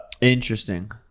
Interesting